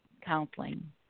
Counseling